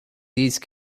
these